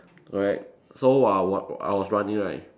correct so while I wa~ I was running right